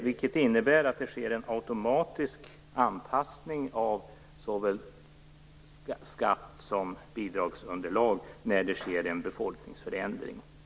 Det innebär att det sker en automatisk anpassning av såväl skatt som bidragsunderlag vid en befolkningsförändring.